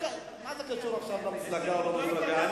מה זה קשור עכשיו למפלגה או לא מפלגה?